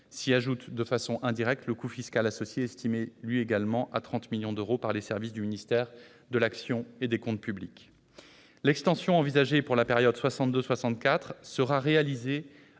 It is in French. S'y ajoute de façon indirecte le coût fiscal associé, qui est, lui aussi, estimé à 30 millions d'euros annuels par les services du ministère de l'action et des comptes publics. L'extension envisagée pour la période 1962-1964 sera menée